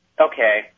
Okay